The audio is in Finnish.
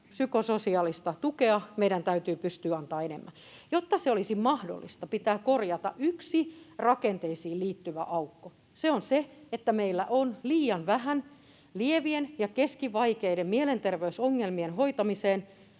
psykososiaalista tukea meidän täytyy pystyä antamaan enemmän, ja jotta se olisi mahdollista, pitää korjata yksi rakenteisiin liittyvä aukko. Se on se, että meillä on liian vähän palvelurakenteita lievien ja keskivaikeiden mielenterveysongelmien hoitamiseen.